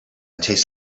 tastes